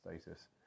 status